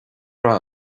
rath